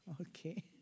Okay